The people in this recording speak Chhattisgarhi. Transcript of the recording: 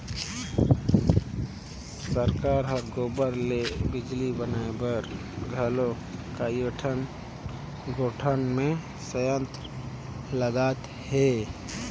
सरकार हर गोबर ले बिजली बनाए बर घलो कयोठन गोठान मे संयंत्र लगात हे